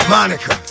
Monica